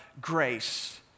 grace